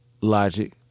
Logic